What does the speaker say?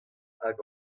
hag